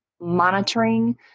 monitoring